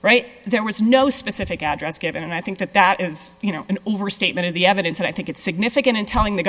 right there was no specific address given and i think that that is you know an overstatement of the evidence and i think it's significant in telling the